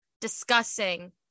discussing